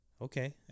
Okay